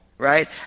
Right